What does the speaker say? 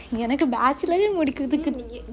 எனக்கு:enaku bachelor ரெ முடிக்கருதுக்கு:re mudikiruthuku